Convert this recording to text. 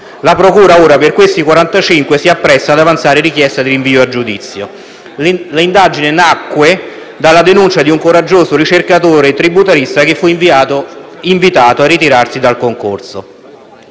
La procura ora, per questi 45, si appresta ad avanzare la richiesta di rinvio a giudizio. L'indagine nacque dalla denuncia di un coraggioso ricercatore tributarista che fu «invitato» a ritirarsi da un concorso.